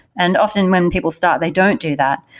and often, when people start, they don't do that.